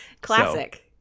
Classic